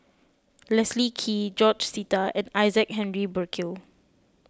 Leslie Kee George Sita and Isaac Henry Burkill